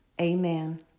Amen